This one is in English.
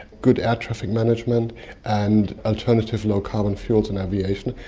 good air traffic management and alternative low carbon fuels in aviation,